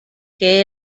que